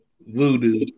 Voodoo